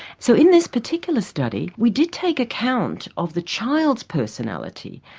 so in this particular study we did take account of the child's personality.